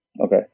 Okay